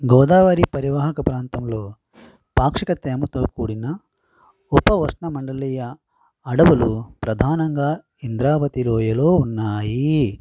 గోదావరి పరీవాహక ప్రాంతంలో పాక్షిక తేమతో కూడిన ఉప ఉష్ణమండలీయ అడవులు ప్రధానంగా ఇంధ్రావతి లోయలో ఉన్నాయి